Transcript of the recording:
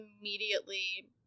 immediately